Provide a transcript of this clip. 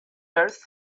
earth